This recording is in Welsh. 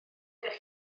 ydych